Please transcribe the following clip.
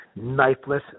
knifeless